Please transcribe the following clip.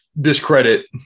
discredit